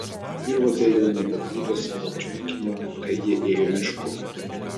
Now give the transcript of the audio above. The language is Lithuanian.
ir uodai jau nebegrūdo savo čiulkinio kai jie ėjo mišku